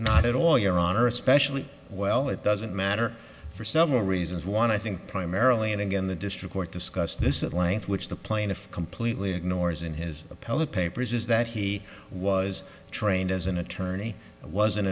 not at all your honor especially well it doesn't matter for several reasons want to think primarily and again the district court discussed this at length which the plaintiff completely ignores in his appellate papers is that he was trained as an attorney and was an